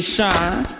Shine